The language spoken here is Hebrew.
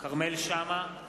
כרמל שאמה,